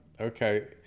Okay